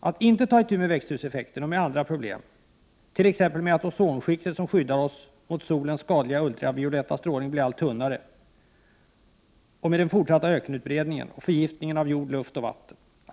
Att inte ta itu med växthuseffekten och med andra problem, t.ex. med att ozonskiktet som skyddar oss mot solens skadliga ultravioletta strålning blir allt tunnare, med den fortsatta ökenutbredningen och förgiftningen av jord, luft och vatten är osolidariskt.